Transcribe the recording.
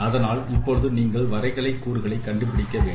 அதனால் இப்பொழுது நீங்கள் வரைகலை கூறுகளை கண்டுபிடிக்க வேண்டும்